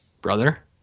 Brother